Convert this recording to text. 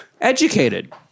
Educated